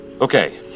Okay